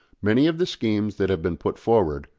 many of the schemes that have been put forward,